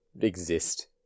exist